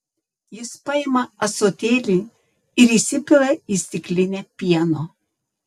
jis paima ąsotėlį ir įsipila į stiklinę pieno